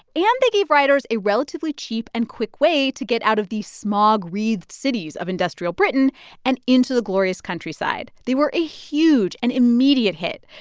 and they gave riders a relatively cheap and quick way to get out of the smog-wreathed cities of industrial britain and into the glorious countryside. they were a huge and immediate hit.